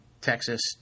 Texas